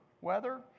weather